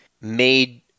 made